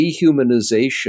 dehumanization